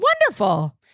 Wonderful